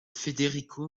federico